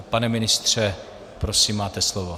Pane ministře, prosím, máte slovo.